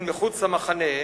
אל מחוץ למחנה,